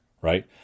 right